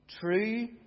true